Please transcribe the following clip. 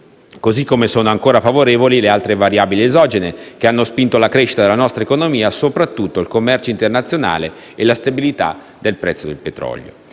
Così come sono ancora favorevoli le altre variabili esogene che hanno spinto la crescita della nostra economia, soprattutto il commercio internazionale e la stabilità del prezzo del petrolio.